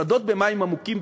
השדות במים עמוקים.